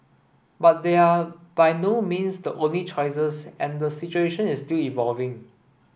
but they are by no means the only choices and the situation is still evolving